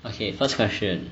okay first question